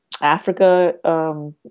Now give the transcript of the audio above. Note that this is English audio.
Africa